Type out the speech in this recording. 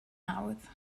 hawdd